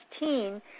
16